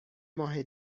ماه